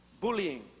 bullying